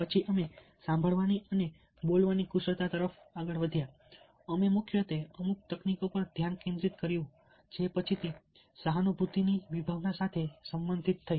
પછી અમે સાંભળવાની અને બોલવાની કુશળતા તરફ આગળ વધ્યા અમે મુખ્યત્વે અમુક તકનીકો પર ધ્યાન કેન્દ્રિત કર્યું જે પછીથી સહાનુભૂતિની વિભાવના સાથે સંબંધિત થઈ